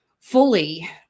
fully